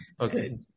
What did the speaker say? Okay